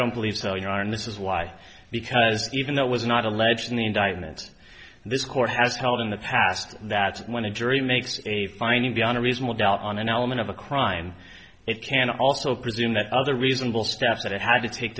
don't believe so you are and this is why because even though it was not alleged in the indictment this court has held in the past that when a jury makes a finding beyond a reasonable doubt on an element of a crime it can also presume that other reasonable steps that it had to take